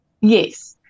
Yes